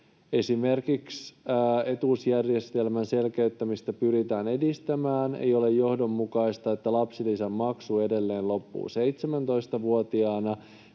Esimerkiksi etuusjärjestelmän selkeyttämistä pyritään edistämään. Ei ole johdonmukaista, että lapsilisän maksu edelleen loppuu 17-vuotiaana.